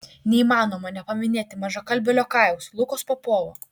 neįmanoma nepaminėti mažakalbio liokajaus lukos popovo